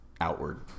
outward